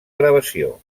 gravació